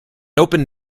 open